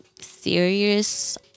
serious